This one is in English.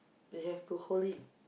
you have to hold it